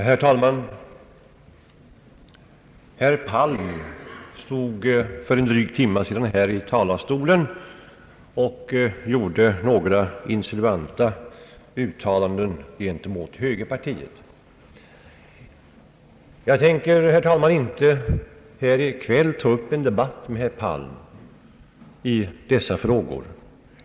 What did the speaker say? Herr talman! Herr Palm stod för en dryg timme sedan här i talarstolen och gjorde några insinuanta uttalanden om högerpartiet. Jag tänker, herr talman, inte i kväll ta upp en debatt med herr Palm om detta.